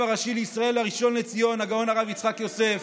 הראשי לישראל הראשון לציון הגאון הרב יצחק יוסף.